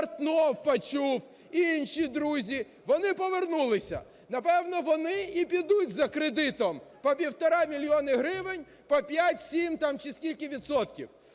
Портнов почув, інші друзі. Вони повернулися, напевно, вони і підуть за кредитом по півтора мільйона гривень, по 5, 7 там чи скільки відсотків.